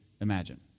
imagine